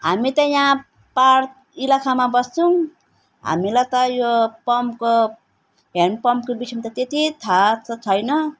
हामी त यहाँ पहाड इलाकामा बस्छौँ हामीलाई त यो पम्पको हेन्ड पम्पको विषयमा त त्यति थाहा त छैन